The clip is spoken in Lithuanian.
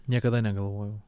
niekada negalvojau